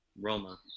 Roma